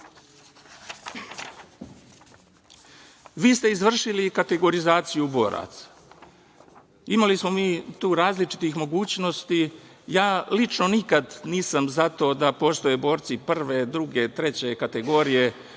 ste izvršili kategorizaciju boraca. Imali smo mi tu različitih mogućnosti, i ja lično nikada nisam za to da postoje borci prve, druge, treće kategorije,